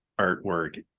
artwork